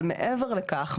אבל מעבר לכך,